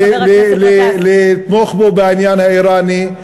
מטיף לה ביבי נתניהו לתמוך בו בעניין האיראני.